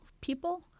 people